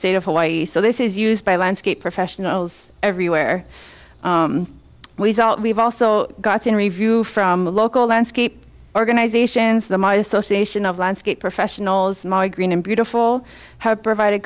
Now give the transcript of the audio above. state of hawaii so this is used by landscape professionals everywhere we've also gotten review from local landscape organizations the association of landscape professionals my green and beautiful have provided